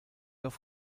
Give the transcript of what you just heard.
off